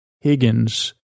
Higgins